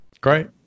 Great